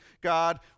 God